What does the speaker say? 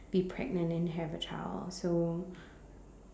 be pregnant and have a child so